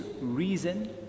reason